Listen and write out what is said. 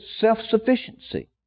self-sufficiency